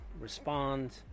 respond